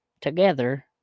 together